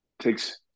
takes